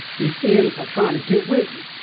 these n-ers are trying to get with me.